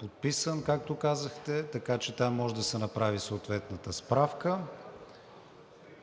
подписан е, както казахте, така че там може да се направи съответната справка.